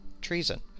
Treason